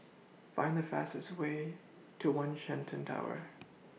Find The fastest Way to one Shenton Tower